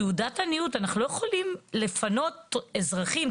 סיבה לפנות לפני שהעסק הזה,